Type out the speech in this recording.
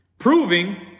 Proving